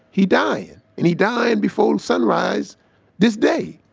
he dyin' and he dyin' before and sunrise this day.